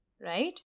right